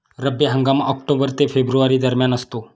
रब्बी हंगाम ऑक्टोबर ते फेब्रुवारी दरम्यान असतो